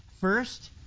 First